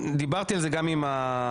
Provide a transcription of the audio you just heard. דיברתי על זה גם עם המציעים,